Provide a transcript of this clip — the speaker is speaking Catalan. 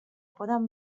poden